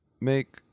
make